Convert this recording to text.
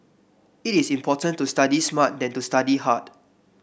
it is important to study smart than to study hard